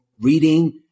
reading